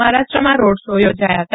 મહારાષ્ટ્રમાં road show યોજાયા હતા